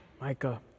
Micah